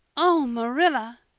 oh, marilla!